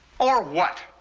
or what?